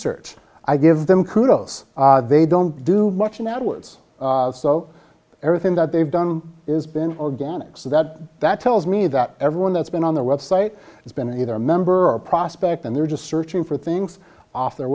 search i give them kudos they don't do much of that was so everything that they've done is been organic so that that tells me that everyone that's been on the web site has been either a member or a prospect and they're just searching for things off their